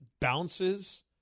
bounces